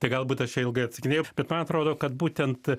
tai galbūt aš čia ilgai atsikvėp bet man atrodo kad būtent